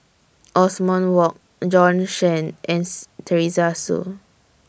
Othman Wok Bjorn Shen and Teresa Hsu